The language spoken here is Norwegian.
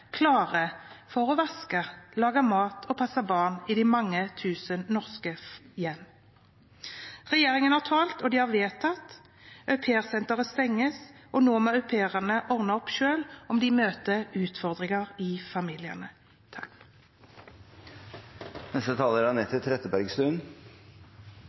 klare for å vaske, lage mat og passe barn i de mange tusen norske hjem. Regjeringen har talt, og de har vedtatt at Au Pair Center stenges, og nå må au pair-ene ordne opp selv, om de møter utfordringer i familiene.